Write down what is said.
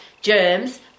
germs